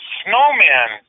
snowman